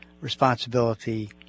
responsibility